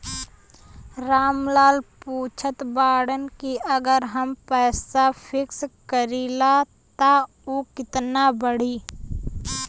राम लाल पूछत बड़न की अगर हम पैसा फिक्स करीला त ऊ कितना बड़ी?